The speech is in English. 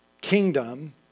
kingdom